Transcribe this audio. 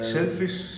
Selfish